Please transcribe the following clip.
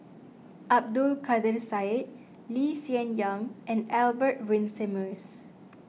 Abdul Kadir Syed Lee Hsien Yang and Albert Winsemius